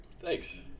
thanks